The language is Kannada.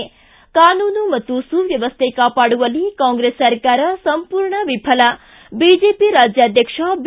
ಿ ಕಾನೂನು ಮತ್ತು ಸುವ್ಯವಸ್ಥೆ ಕಾಪಾಡುವಲ್ಲಿ ಕಾಂಗ್ರೆಸ್ ಸರ್ಕಾರ ಸಂರ್ಮೂರ್ಣ ವಿಫಲ ಬಿಜೆಪಿ ರಾಜ್ಯಾಧ್ಯಕ್ಷ ಬಿ